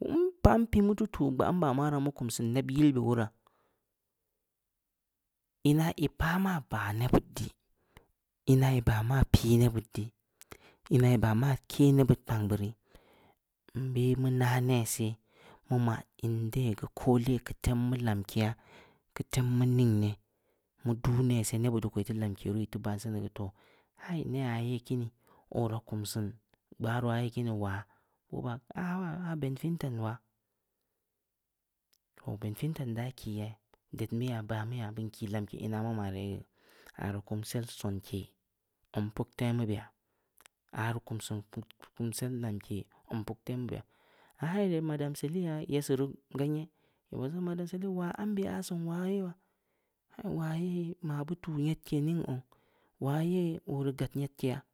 npa pimu teu tuuh gbaa, mara mu kumsiin neb yilbeh woraah, ina ii pah ma baah nebbud di, ina ii baah ma pii nebbud di, ina ii baah ma keh nebbud kpank beu rii, nbeh mu naah neh seh, mu maah in deh geu koole keu tem lamkeya, keu tem mu ning neh, mu duuh neh seh, nebbud ko ii lamke ruu, nebbud di ko ii ban seni geu, hai, neyha ye kini ooraa kum siin, gbarowa ye kin nii waah, boo baah, aah waah, ben fintan waah, ben fintan daah kii yaah, ded mu ya, baah mu yaa, beun kii lamke ina mu ma rii yi geu, aah rii kumsel sonke zong puktemu beya, aah rii kum siin kumsel lamke zong puktemu beya. Aah ya ii ded madam celi ya yesii ru, madam celi waa ambe siin waa ye waa, waa ye maah bu tuuh nyedke ning zong, waa ye oo rii gad nyedkeya.